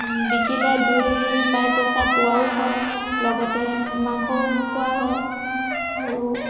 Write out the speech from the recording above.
বিকিলে দুই পাই পইচা পোৱাও হয় লগতে মাংসও খোৱা হয় আৰু